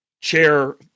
chair